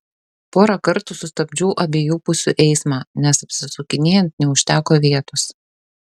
porą kartų sustabdžiau abiejų pusių eismą nes apsisukinėjant neužteko vietos